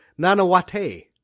nanawate